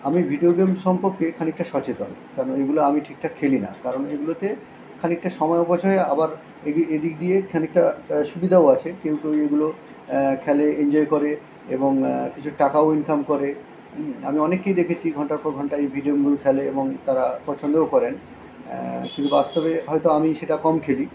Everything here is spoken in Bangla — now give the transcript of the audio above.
আমি ভিডিও গেম সম্পর্কে খানিকটা সচেতন কারণ এগুলো আমি ঠিকঠাক খেলি না কারণ এগুলোতে খানিকটা সময় অপচয় আবার এদিক এদিক দিয়ে খানিকটা সুবিধাও আছে কেউ কেউ এগুলো খেলে এনজয় করে এবং কিছু টাকাও ইনকাম করে হুম আমি অনেককেই দেখেছি ঘন্টার পর ঘন্টা এই ভিডিও গেম খেলে এবং তারা পছন্দও করেন কিন্তু বাস্তবে হয়তো আমি সেটা কম খেলি